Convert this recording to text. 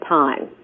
time